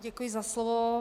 Děkuji za slovo.